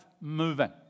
moving